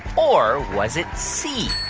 or was it c,